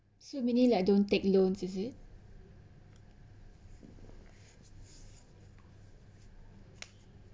so meaning like don't take loans is it